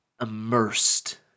immersed